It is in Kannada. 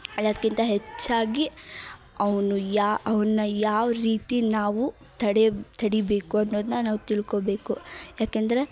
ಎಲ್ಲದ್ಕಿಂತ ಹೆಚ್ಚಾಗಿ ಅವನು ಯಾ ಅವನ್ನ ಯಾವ ರೀತಿ ನಾವು ತಡೆ ತಡಿಬೇಕು ಅನ್ನೋದನ್ನ ನಾವು ತಿಳ್ಕೊಬೇಕು ಯಾಕಂದರೆ